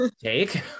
take